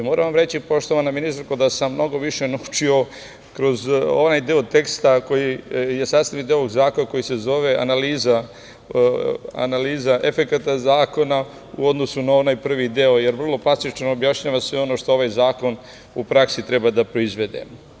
Moram vam reći, poštovana ministarko, da sam mnogo više naučio kroz onaj deo teksta koji je sastavni deo ovog zakona koji se zove analiza efekata zakona u odnosu na onaj prvi deo, jer vrlo plastično objašnjava sve ono što ovaj zakon u praksi treba da proizvede.